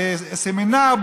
סמינר,